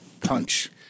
punch